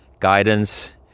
guidance